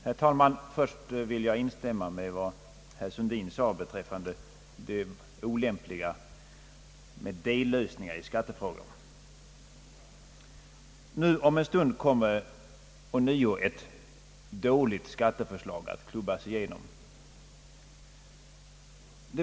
Herr talman! Först vill jag instämma i vad herr Sundin sade beträffande det Om en stund kommer nu ånyo ett dåligt skatteförslag att klubbas igenom.